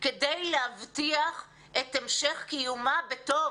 כדי להבטיח את המשך קיומה בטוב